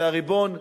זה הריבון,